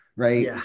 Right